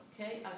okay